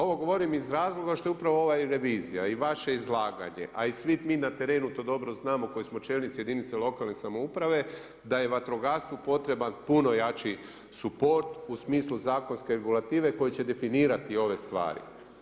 Ovo govorim iz razloga što je upravo i revizija i vaše izlaganje, a i svi mi na terenu to dobro znamo koji smo čelnici jedinica lokalne samouprave da je vatrogastvu potreban puno jači suport u smislu zakonske regulative koji će definirati ove stvari.